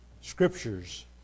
scriptures